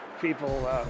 people